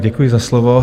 Děkuji za slovo.